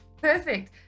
perfect